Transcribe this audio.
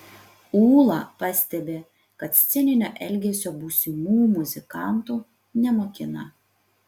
ūla pastebi kad sceninio elgesio būsimų muzikantų nemokina